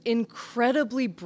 incredibly